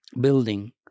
building